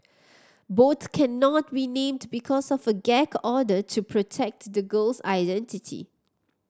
both cannot be named because of a gag order to protect the girl's identity